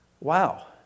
Wow